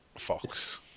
Fox